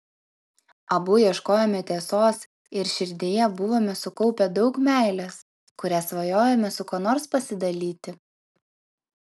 abu ieškojome tiesos ir širdyje buvome sukaupę daug meilės kuria svajojome su kuo nors pasidalyti